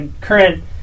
current